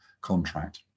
contract